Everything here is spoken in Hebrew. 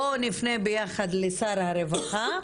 בואו נפנה ביחד לשר הרווחה,